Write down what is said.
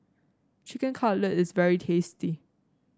Chicken Cutlet is very tasty